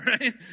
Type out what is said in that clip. right